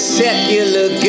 secular